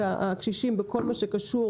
זה נכון שזה קשה,